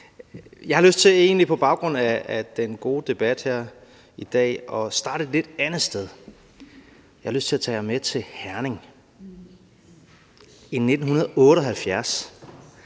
debat her i dag at starte et lidt andet sted. Jeg har lyst til at tage jer med til Herning. I 1978